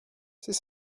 c’est